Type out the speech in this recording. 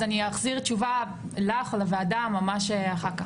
אני אחזיר לך תשובה או לוועדה ממש אחר כך.